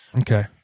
Okay